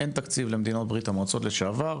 אין תקציב למדינות ברית המועצות לשעבר.